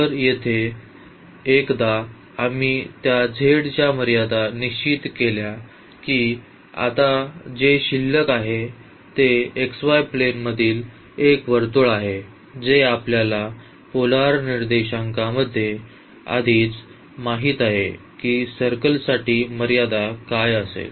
तर येथे एकदा आम्ही त्या z च्या मर्यादा निश्चित केल्या की आता जे शिल्लक आहे ते xy प्लेनमधील एक वर्तुळ आहे जे आपल्याला पोलर निर्देशांकामध्ये आधीच माहित आहे की सर्कलसाठी मर्यादा काय असेल